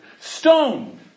stoned